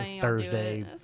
Thursday